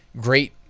great